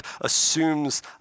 assumes